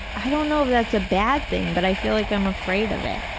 i don't know if that's a bad thing, but i feel like i'm afraid of it'.